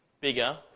bigger